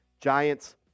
Giants